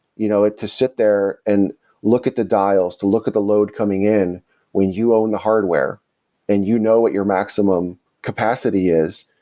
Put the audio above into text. you know to sit there and look at the dials, to look at the load coming in when you own the hardware and you know what your maximum capacity is.